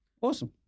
Awesome